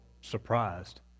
surprised